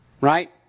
Right